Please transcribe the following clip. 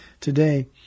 today